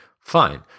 Fine